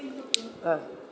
ah